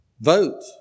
Vote